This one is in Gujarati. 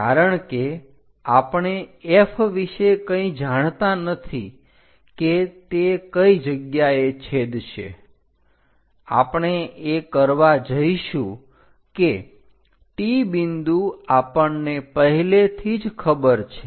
કારણ કે આપણે F વિશે કંઇ જાણતા નથી કે તે કઈ જગ્યાએ છેદશે આપણે એ કરવા જઇશું કે T બિંદુ આપણને પહેલેથી જ ખબર છે